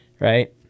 Right